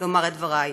לומר את דבריי.